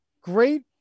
Great